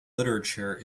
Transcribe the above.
literature